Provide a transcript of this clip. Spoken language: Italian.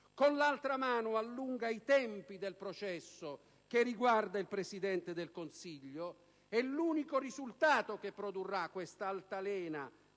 con l'altra mano allunga i tempi del processo che riguarda il Presidente del Consiglio, e l'unico risultato che produrrà questa altalena